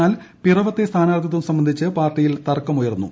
എന്നാൽ പിറവത്തെ സ്ഥാനാർത്ഥിത്വം സംബന്ധിച്ച് പാർട്ടിയിൽ തർക്കമുയർന്നു